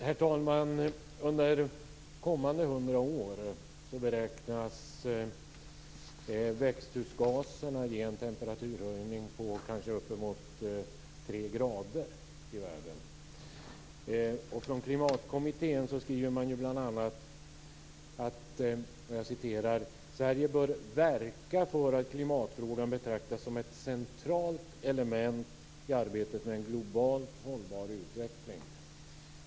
Herr talman! Under kommande hundra år beräknas växthusgaserna ge en temperaturhöjning i världen på uppemot tre grader. Klimatkommittén skriver bl.a.: "Sverige bör verka för att klimatfrågan betraktas som ett centralt element i arbetet med en globalt hållbar utveckling."